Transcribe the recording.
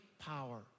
power